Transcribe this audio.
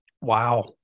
Wow